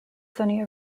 sonia